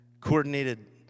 coordinated